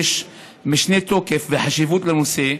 יש משנה תוקף וחשיבות לנושא,